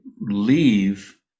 leave